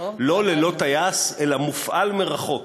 לא ללא טייס אלא מופעל מרחוק.